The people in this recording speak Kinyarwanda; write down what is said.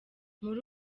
muri